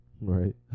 Right